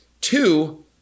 two